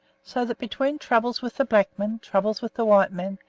so that between troubles with the black men troubles with the white men,